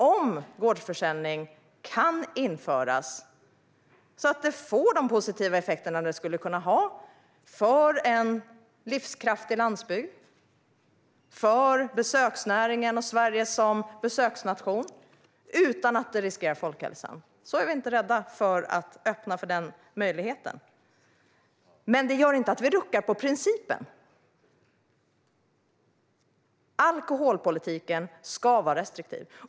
Om gårdsförsäljning kan införas så att det får de positiva effekter som det skulle kunna ha för en livskraftig landsbygd, för besöksnäringen och för Sverige som besöksnation utan att det riskerar folkhälsan är vi inte rädda för att öppna för den möjligheten. Men det gör inte att vi ruckar på principen. Alkoholpolitiken ska vara restriktiv.